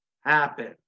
happen